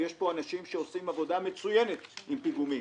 ויש פה אנשים שעושים עבודה מצוינת עם פיגומים,